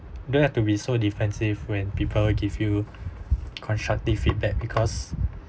don't have to be so defensive when people give you constructive feedback because